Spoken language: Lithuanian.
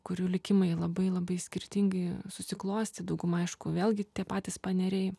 kurių likimai labai labai skirtingai susiklostė dauguma aišku vėlgi tie patys paneriai